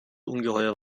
ungeheuer